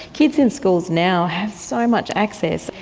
kids in schools now have so much access.